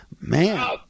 Man